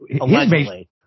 allegedly